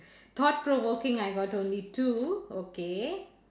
thought provoking I got only two okay